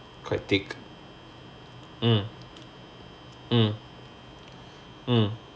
quite thick mm mm mm